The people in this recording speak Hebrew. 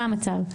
מה המצב?